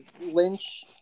Lynch